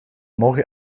morgen